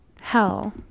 Hell